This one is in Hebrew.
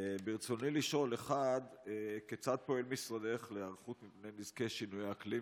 רצוני לשאול: 1. כיצד פועל משרדך להיערכות מפני נזקי שינויי האקלים,